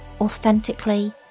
authentically